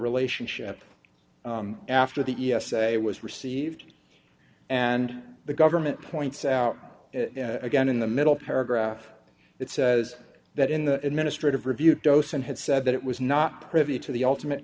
relationship after the e s a was received and the government points out again in the middle paragraph it says that in the administrative review dosen had said that it was not privy to the ultimate